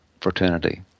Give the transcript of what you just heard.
fraternity